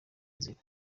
inzira